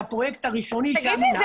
את הפרויקט הראשוני שהמינהל --- תגיד לי,